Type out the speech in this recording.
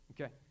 okay